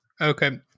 Okay